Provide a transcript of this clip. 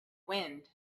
wind